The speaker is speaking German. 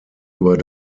über